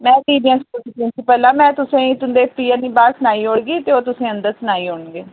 मैं D B N school दी principal आं मैं तुसेंगी तुन्दे प्यून बाहर सऩाई ओड़गी ते ओह् तुसेंगी अंदर सनाई ओड़नगे